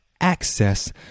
access